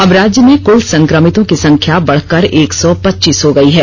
अब राज्य में कुल संक्रमितों की संख्या बढ़कर एक सौ पचीस हो गयी है